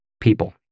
people